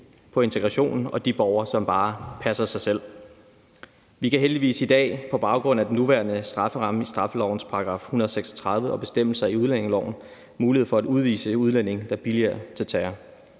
på integrationen og de borgere, som bare passer sig selv. Vi har heldigvis i dag på baggrund af den nuværende strafferamme i straffelovens § 136 og bestemmelser i udlændingeloven mulighed for at udvise udlændinge, der billiger terror.